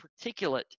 particulate